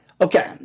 Okay